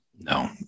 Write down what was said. No